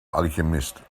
alchemist